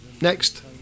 next